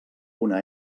una